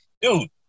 dude